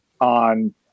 on